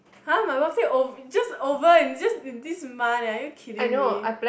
!huh! my birthday ove~ just over just this month eh are you kidding me